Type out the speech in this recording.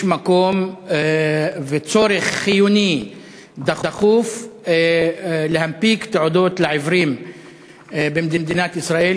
יש מקום וצורך חיוני דחוף להנפיק תעודות לעיוורים במדינת ישראל,